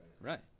Right